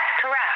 correct